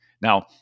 Now